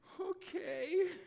Okay